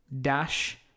dash